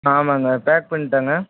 ஆமாம்ங்க பேக் பண்ணுட்டாங்க